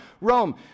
Rome